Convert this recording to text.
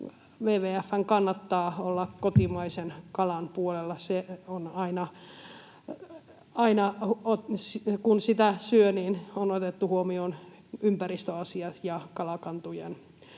WWF:n kannattaa olla kotimaisen kalan puolella. Aina, kun sitä syö, on otettu huomioon ympäristöasiat ja kalakantojen